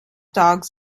dogs